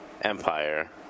empire